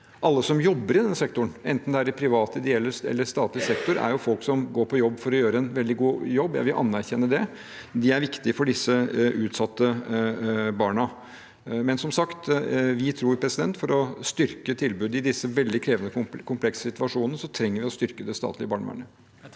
alle som jobber i denne sektoren, enten det er i privat, ideell eller statlig sektor, er folk som går på jobb for å gjøre en veldig god jobb. Jeg vil anerkjenne det. De er viktige for disse utsatte barna. Som sagt tror vi at for å styrke tilbudet i disse veldig krevende og komplekse situasjonene, trenger vi å styrke det statlige barnevernet.